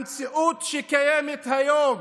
המציאות שקיימת היום